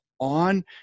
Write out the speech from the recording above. on